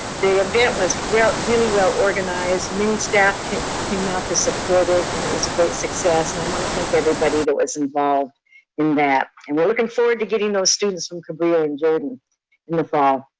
the event was really really well organized. new staff came came out to support it, and it was a great success. and i wanna thank everybody that was involved in that. and we're looking forward to getting those students from kabul and jordan in the fall.